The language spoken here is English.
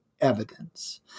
evidence